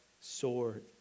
sword